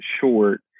short